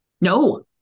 No